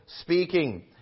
speaking